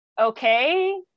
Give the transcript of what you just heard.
okay